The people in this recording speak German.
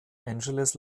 angeles